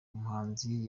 umuhanzi